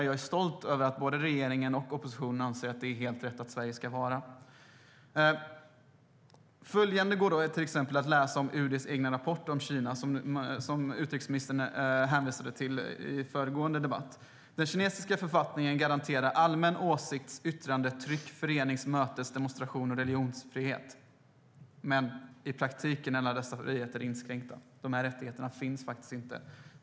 Jag är stolt över att både regeringen och oppositionen anser att det är helt rätt att Sverige ska vara en sådan. Följande går till exempel att läsa i UD:s egen rapport om Kina, som utrikesministern hänvisade till i föregående debatt: Den kinesiska författningen garanterar allmän åsikts, yttrande, tryck, förenings, mötes, demonstrations och religionsfrihet, men i praktiken är alla dessa friheter inskränkta. De här rättigheterna finns inte.